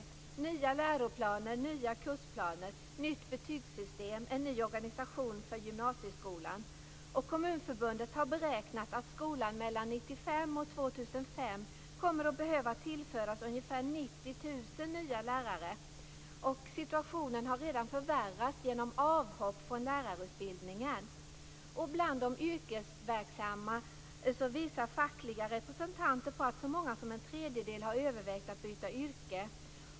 Det handlar om nya läroplaner, nya kursplaner, nytt betygssystem och en ny organisation för gymnasieskolan. Kommunförbundet har beräknat att skolan mellan 1995 och 2005 kommer att behöva tillföras ungefär 90 000 nya lärare. Situationen har redan förvärrats genom avhopp från lärarutbildningen. Och bland de yrkesverksamma visar fackliga representanter på att så många som en tredjedel har övervägt att byta yrke.